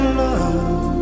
love